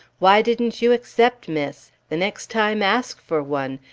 why didn't you accept, miss? the next time, ask for one,